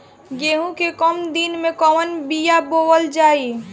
गेहूं के कम दिन के कवन बीआ बोअल जाई?